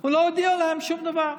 הוא לא הודיע להם שום דבר,